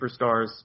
superstars